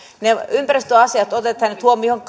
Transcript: ne ympäristöasiat otetaan nyt huomioon